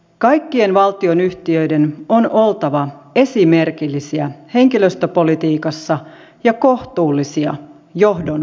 kaikkien valtionyhtiöiden on oltava esimerkillisiä henkilöstöpolitiikassa ja kohtuullisia johdon palkoissa